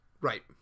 Right